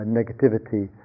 negativity